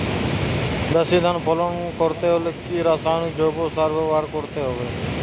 বেশি ধান ফলন করতে হলে কি রাসায়নিক জৈব সার ব্যবহার করতে হবে?